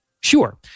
Sure